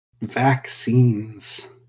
Vaccines